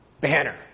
banner